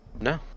No